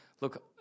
look